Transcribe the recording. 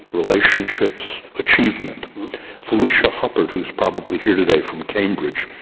relationships, achievement felicia huppert who is probably here today from cambridge,